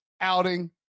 outing